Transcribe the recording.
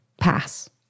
pass